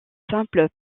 simple